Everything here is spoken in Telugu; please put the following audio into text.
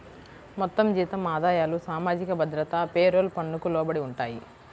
మొత్తం జీతం ఆదాయాలు సామాజిక భద్రత పేరోల్ పన్నుకు లోబడి ఉంటాయి